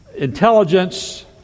intelligence